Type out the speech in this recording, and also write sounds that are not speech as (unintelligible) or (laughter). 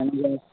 (unintelligible)